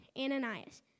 Ananias